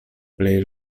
plej